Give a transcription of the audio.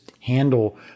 handle